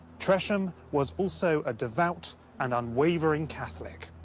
tresham was also a devout and unwavering catholic.